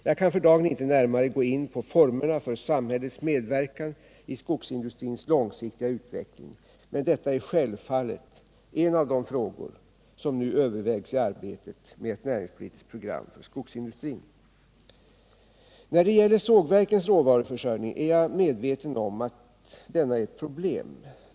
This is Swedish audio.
Jag kan för dagen inte närmare gå in på formerna för samhällets medverkan i skogsindustrins långsiktiga utveckling, men detta är självfallet en av de frågor som nu övervägs i arbetet med ett näringspolitiskt program för skogsindustrin. När det gäller sågverkens råvaruförsörjning är jag medveten om att denna är ett problem.